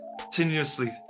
continuously